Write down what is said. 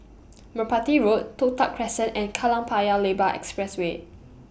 Merpati Road Toh Tuck Crescent and Kallang Paya Lebar Expressway